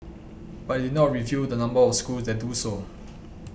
but it did not reveal the number of schools that do so